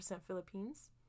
Philippines